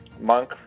monk